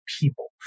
people